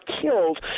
killed